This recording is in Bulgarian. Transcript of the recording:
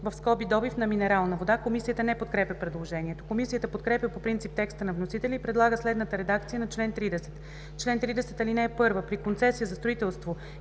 (добив) на минерална вода“.” Комисията не подкрепя предложението. Комисията подкрепя по принцип текста на вносителя и предлага следната редакция на чл. 30: „Чл. 30. (1) При концесия за строителство